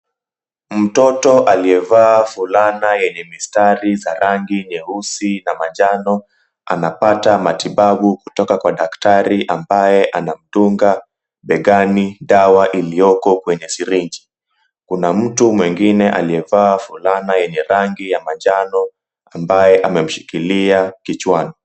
Mtoto aliyevaa fulana yenye mistari za rangi nyeusi na manjano, anapata matibabu kutoka kwa daktari ambaye anamdunga begani dawa ilioko kwenye sirinji. Kuna mtu mwengine aliyevaa fulani yenye rangi ya manjano ambaye amemshikilia kichwani.